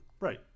Right